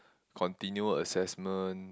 continual assessment